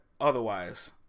otherwise